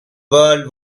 world